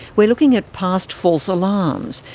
we're looking at past false alarms.